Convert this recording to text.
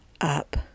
up